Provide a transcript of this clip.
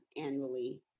annually